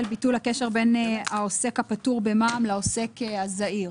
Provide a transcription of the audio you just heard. ביטול הקשר בין עוסק הפטור במע"מ לעוסק הזעיר.